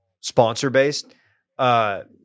sponsor-based